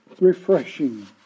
refreshing